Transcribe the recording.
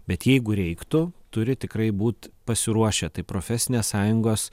bet jeigu reiktų turi tikrai būt pasiruošę tai profesinės sąjungos